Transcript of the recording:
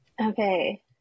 okay